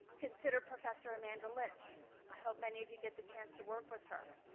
consider professor amanda lynch i hope many of you get the chance to work with her.